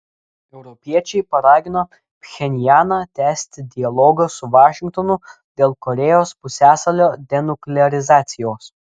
europiečiai paragino pchenjaną tęsti dialogą su vašingtonu dėl korėjos pusiasalio denuklearizacijos